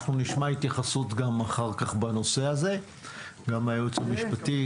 אנחנו נשמע אחר כך התייחסות בנושא הזה גם של הייעוץ המשפטי.